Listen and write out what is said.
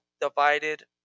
divided